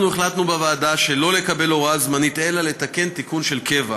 אנחנו החלטנו בוועדה שלא לקבל הוראה זמנית אלא לתקן תיקון של קבע.